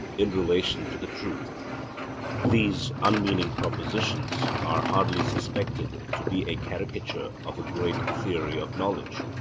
in relation to the truth these unmeaning propositions are hardly suspected to be a caricature of a great theory of knowledge,